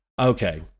Okay